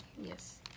Yes